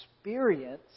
experience